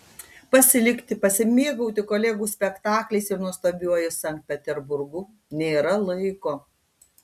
pasilikti pasimėgauti kolegų spektakliais ir nuostabiuoju sankt peterburgu nėra laiko